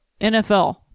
NFL